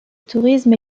tourisme